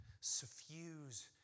suffuse